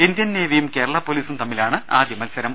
Indian നേവിയും കേരള പോലീസും തമ്മിലാണ് ആദ്യ മത്സരം